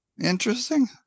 Interesting